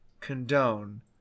condone